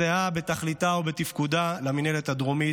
הזהה בתכליתה ובתפקודה למינהלת הדרומית,